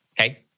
Okay